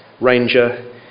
Ranger